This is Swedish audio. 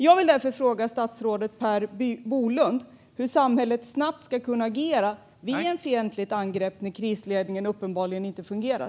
Jag vill därför fråga statsrådet Per Bolund hur samhället snabbt ska kunna agera vid ett fientligt angrepp när krisledningen uppenbarligen inte fungerar.